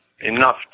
enough